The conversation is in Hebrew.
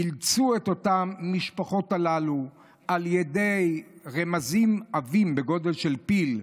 אילצו את אותן משפחות, ברמזים עבים בגודל של פיל,